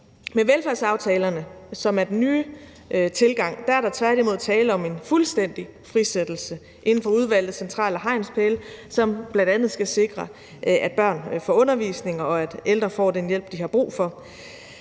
Med velfærdsaftalerne, som er udtryk for den nye tilgang, er der tværtimod tale om en fuldstændig frisættelse inden for udvalgte centrale hegnspæle, som bl.a. skal sikre, at børn får undervisning, og at ældre får den hjælp, de har brug for.